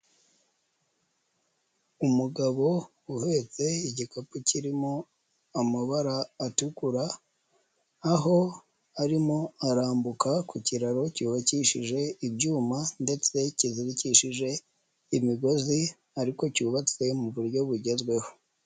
Umugabo uhetse igikapu kirimo amabara atukura, aho arimo arambuka ku kiraro cyubakishije ibyuma ndetse kizirikishije imigozi ariko cyubatswe mu buryo bugezweho.